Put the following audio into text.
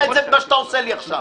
בבקשה,